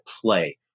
play